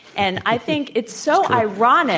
and i think it's so ironic